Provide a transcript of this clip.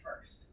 first